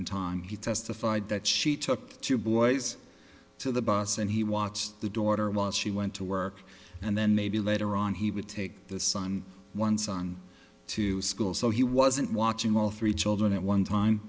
in time he testified that she took two boys to the bus and he watched the daughter was she went to work and then maybe later on he would take the son one son to school so he wasn't watching all three children at one time